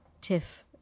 tiff